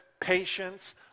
patience